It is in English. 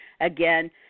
Again